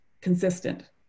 consistent